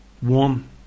One